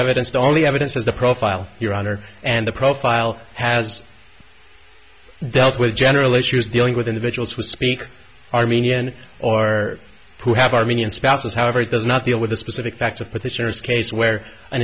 evidence the only evidence is the profile your honor and the profile has dealt with general issues dealing with individuals who speak armenian or who have armenian spouses however it does not deal with the specific facts of petitioners case where an